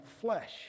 flesh